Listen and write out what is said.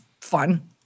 fun